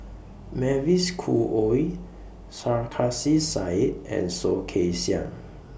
Mavis Khoo Oei Sarkasi Said and Soh Kay Siang